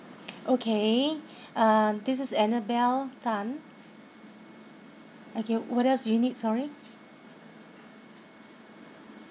okay uh this is annabel tan okay what else do you need sorry